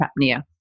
apnea